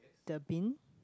the bin